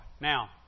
Now